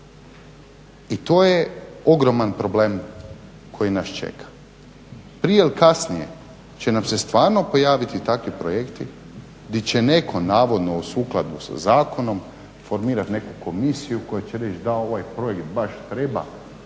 I to je ogroman problem koji nas čeka. Prije ili kasnije će nam se stvarno pojaviti takvi projekti gdje će netko navodno sukladno sa zakonom formirati neku komisiju koja će reći da ovo je projekt baš treba